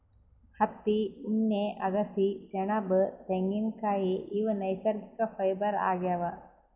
ಹತ್ತಿ ಉಣ್ಣೆ ಅಗಸಿ ಸೆಣಬ್ ತೆಂಗಿನ್ಕಾಯ್ ಇವ್ ನೈಸರ್ಗಿಕ್ ಫೈಬರ್ ಆಗ್ಯಾವ್